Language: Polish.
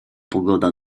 pogoda